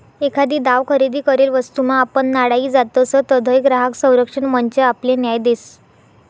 एखादी दाव खरेदी करेल वस्तूमा आपण नाडाई जातसं तधय ग्राहक संरक्षण मंच आपले न्याय देस